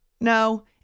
No